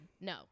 No